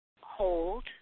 hold